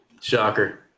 Shocker